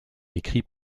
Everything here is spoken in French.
écrit